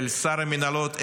של שר המינהלות אלקין,